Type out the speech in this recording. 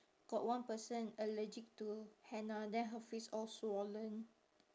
got one person allergic to henna then her face all swollen